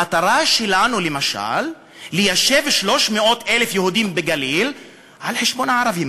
למשל: המטרה שלנו ליישב 300,000 יהודים בגליל על חשבון הערבים,